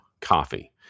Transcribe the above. coffee